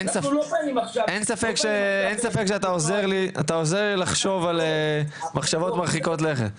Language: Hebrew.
אנחנו לא חייבים אין ספק שאתה עוזר לי לחשוב על מחשבות מרחיקות לכת.